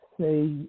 say